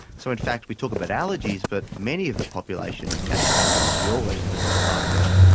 so in fact we talk about allergies but many of the population actually didn't have an allergy at all, they just had a drug side effect.